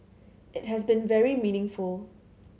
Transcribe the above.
it has been very meaningful